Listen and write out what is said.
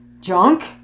junk